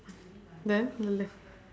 then சொல்லு:sollu